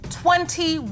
twenty